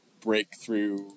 breakthrough